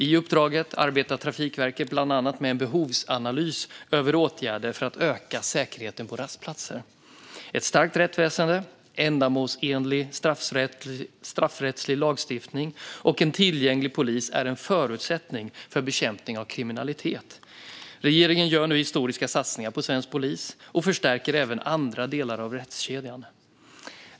I uppdraget arbetar Trafikverket bland annat med en behovsanalys över åtgärder för ökad säkerhet på rastplatserna. Ett starkt rättsväsen, ändamålsenlig straffrättslig lagstiftning och en tillgänglig polis är en förutsättning för bekämpning av kriminalitet. Regeringen gör nu historiska satsningar på svensk polis och förstärker även andra delar av rättskedjan.